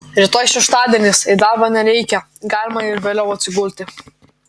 rytoj šeštadienis į darbą nereikia galima ir vėliau atsigulti